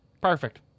Perfect